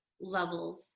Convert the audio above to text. levels